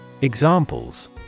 Examples